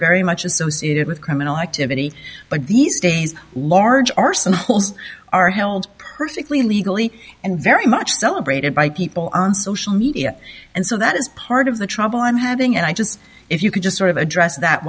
very much associated with criminal activity but these days large arson holes are held perfectly legally and very much celebrated by people on social media and so that is part of the trouble i'm having and i just if you could just sort of address